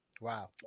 Wow